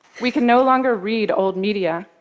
we can no longer read old media.